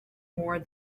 more